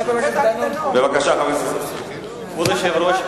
כבוד היושב-ראש,